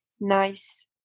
nice